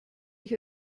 ich